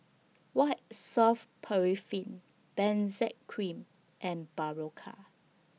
White Soft Paraffin Benzac Cream and Berocca